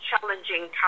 challenging